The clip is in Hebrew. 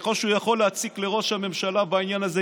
וככל שהוא יכול להציק לראש הממשלה בעניין הזה,